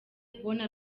kubona